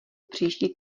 příští